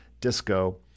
Disco